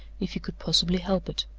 if he could possibly help it.